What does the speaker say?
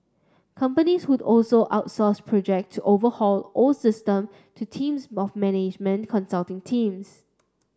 companies would also outsource project to overhaul old system to teams of management consulting teams